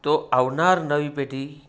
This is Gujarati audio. તો આવનાર નવી પેઢી